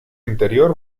interior